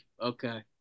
Okay